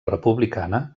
republicana